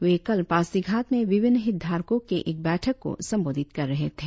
वे कल पासीघाट में विभिन्न हितधारको के एक बैठक को संबोधित कर रहे थे